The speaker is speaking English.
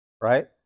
right